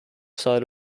side